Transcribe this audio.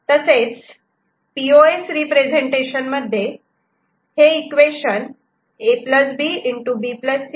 तसेच याच्या POS representation साठी चे इक्वेशन A B